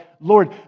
Lord